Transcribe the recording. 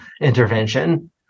intervention